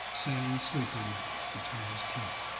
sang sleepily between his teeth.